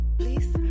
please